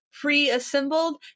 pre-assembled